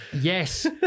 Yes